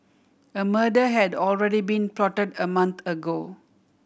a murder had already been plotted a month ago